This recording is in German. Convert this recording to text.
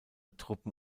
truppen